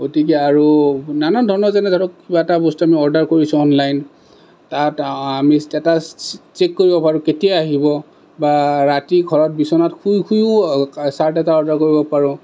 গতিকে আৰু নানান ধৰণৰ যেনে ধৰক কিবা এটা বস্তু আমি অৰ্ডাৰ কৰিছোঁ অনলাইন তাত আমি ষ্টেটাচ চেক কৰিব পাৰোঁ কেতিয়া আহিব বা ৰাতি ঘৰত বিচনাত শুই শুয়ো ছাৰ্ট এটা অৰ্ডাৰ কৰিব পাৰোঁ